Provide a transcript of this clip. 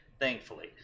thankfully